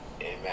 Amen